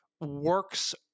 works